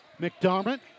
McDermott